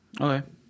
Okay